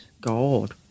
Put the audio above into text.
God